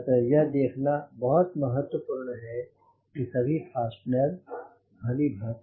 अतः यह देखना बहुत महत्वपूर्ण है कि सभी फास्टनर भली भांति कसे जाएँ